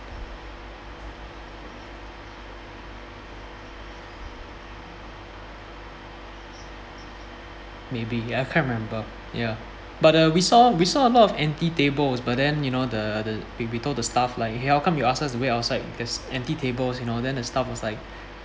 maybe ya I can't remember ya but uh we saw we saw a lot of empty tables but then you know the the we we told the staff lah !hey! how come you ask us to wait outside there's empty tables and all then the staff was like